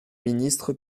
ministre